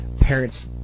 parents